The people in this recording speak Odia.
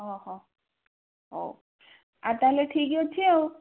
ହଉ ଆଉ ତା'ହେଲେ ଠିକ୍ ଅଛି ଆଉ